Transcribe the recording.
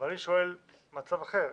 אני שואל על מצב אחר.